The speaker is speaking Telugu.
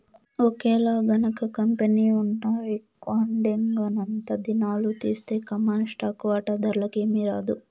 ఒకేలగనక కంపెనీ ఉన్న విక్వడేంగనంతా దినాలు తీస్తె కామన్ స్టాకు వాటాదార్లకి ఏమీరాదు